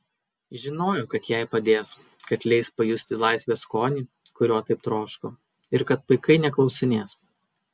žinojo kad jai padės kad leis pajusti laisvės skonį kurio taip troško ir kad paikai neklausinės